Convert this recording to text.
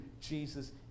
Jesus